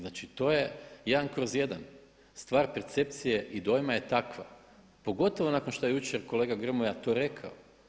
Znači to je jedan kroz jedan, stvar percepcije i dojma je takva pogotovo nakon što je jučer kolega Grmoja to rekao.